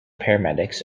paramedics